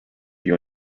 your